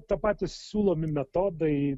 tie patys siūlomi metodai